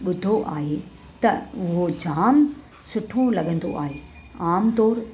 ॿुधो आहे त हू जामु सुठो लॻंदो आहे आम तौर